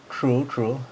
true true